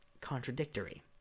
contradictory